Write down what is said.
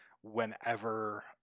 whenever